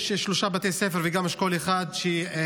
יש שלושה בתי ספר וגם אשכול אחד שהיעדר